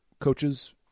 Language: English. coaches